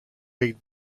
baked